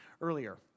earlier